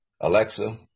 Alexa